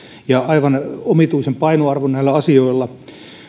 ja aivan omituisen painoarvon näillä asioilla